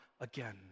again